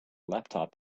laptop